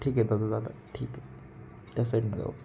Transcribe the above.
ठीक आहे दादा दादा ठीक आहे त्या साईडनं जाऊ आपण